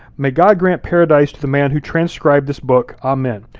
may god grant paradise to the man who transcribed this book. amen.